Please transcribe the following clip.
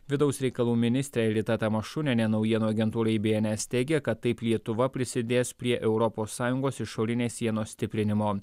vidaus reikalų ministrė rita tamašunienė naujienų agentūrai bns teigė kad taip lietuva prisidės prie europos sąjungos išorinės sienos stiprinimo